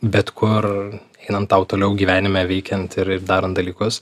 bet kur einant tau toliau gyvenime veikiant ir ir darant dalykus